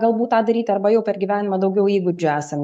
galbūt tą daryti arba jau per gyvenimą daugiau įgūdžių esam